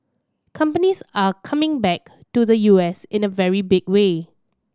companies are coming back to the U S in a very big way